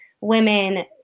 women